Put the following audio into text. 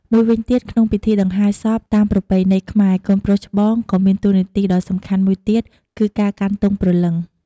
មួយវិញទៀតក្នុងពិធីដង្ហែសពតាមប្រពៃណីខ្មែរ កូនប្រុសច្បងក៏មានតួនាទីដ៏សំខាន់មួយទៀត គឺការកាន់ទង់ព្រលឹង។